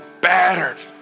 battered